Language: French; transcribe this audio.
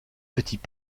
petits